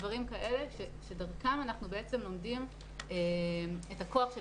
דברים כאלה שדרכם אנחנו בעצם לומדים את הכוח של